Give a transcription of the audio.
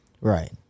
Right